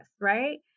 Right